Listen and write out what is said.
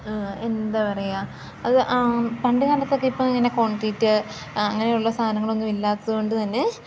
എന്താ പറയുക അത് ആ പണ്ട് കാലത്തൊക്കെ ഇപ്പം ഇങ്ങനെ കോൺക്രീറ്റ് അ അങ്ങനെയുള്ള സാധനങ്ങളൊന്നും ഇല്ലാത്തതു കൊണ്ടു തന്നെ